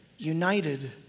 united